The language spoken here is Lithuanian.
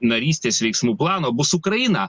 narystės veiksmų plano bus ukraina